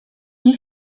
nie